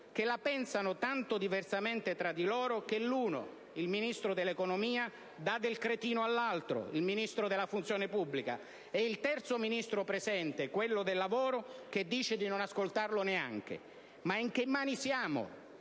la pensano tanto diversamente tra di loro che uno, il Ministro dell'economia, dà del cretino all'altro, il Ministro della funzione pubblica; e il terzo Ministro presente, quello del lavoro, dice di non ascoltarlo neanche. Ma in che mani siamo?